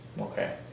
okay